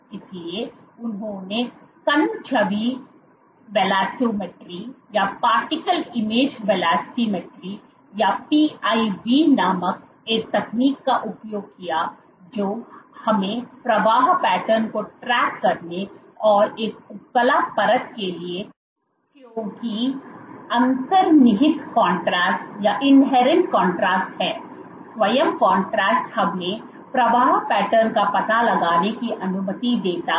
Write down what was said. इसलिए उन्होंने कण छवि वेलोसिमिट्री या PIV नामक एक तकनीक का उपयोग किया जो हमें प्रवाह पैटर्न को ट्रैक करने और एक उपकला परत के लिए क्योंकि अंतर्निहित कॉन्ट्रैस्ट है स्वयं कॉन्ट्रैस्ट हमें प्रवाह पैटर्न का पता लगाने की अनुमति देता है